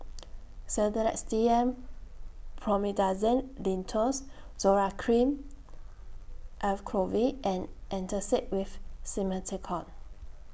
Sedilix D M Promethazine Linctus Zoral Cream Acyclovir and Antacid with Simethicone